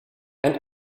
and